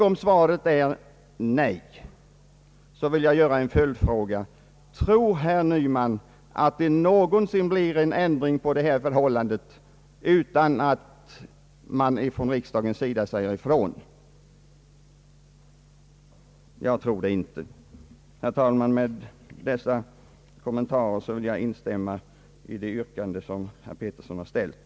Om svaret är nej, vill jag göra en följdfråga: Tror herr Nyman att det någonsin blir en ändring på detta förhållande utan att man säger ifrån från riksdagens sida? Jag tror det inte. Herr talman! Med dessa kommentarer vill jag instämma i det yrkande som ställts av herr Pettersson.